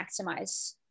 maximize